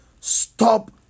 Stop